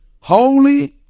Holy